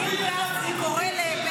להביא לך ציטוטים שלך?